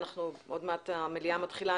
עוד מעט המליאה מתחילה.